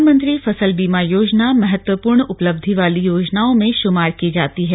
प्रधानमंत्री फसल बीमा योजना महत्त्वपूर्ण उपलब्धि वाली योजनाओं में शुमार की जाती है